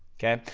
okay?